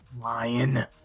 Lion